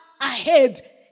ahead